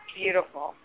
beautiful